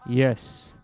Yes